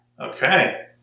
okay